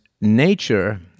nature